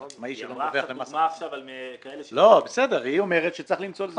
היא אומרת שצריך למצוא לזה